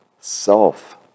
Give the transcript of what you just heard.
self